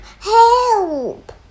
help